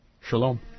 Shalom